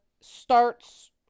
starts